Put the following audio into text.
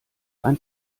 ein